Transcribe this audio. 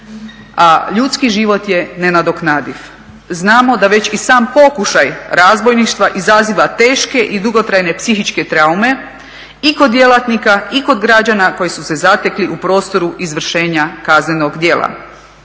a ljudski život je nenadoknadiv. Znamo da već i sam pokušaj razbojništva izaziva teške i dugotrajne psihičke traume i kod djelatnika, i kod građana koji su se zatekli u prostoru izvršenja kaznenog djela.